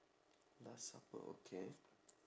last supper okay